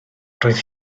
roedd